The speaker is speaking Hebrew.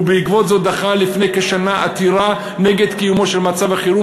ובעקבות זאת דחה לפני כשנה עתירה נגד קיומו של מצב החירום